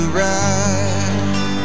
ride